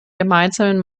gemeinsamen